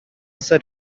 said